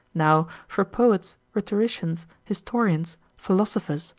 now for poets, rhetoricians, historians, philosophers,